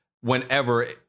whenever